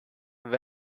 when